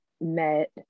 met